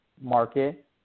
market